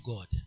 God